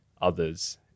others